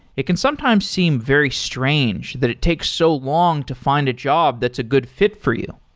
it can sometimes seem very strange that it takes so long to find a job that's a good fit for you.